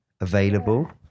available